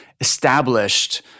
established